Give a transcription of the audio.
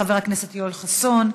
חבר הכנסת יואל חסון,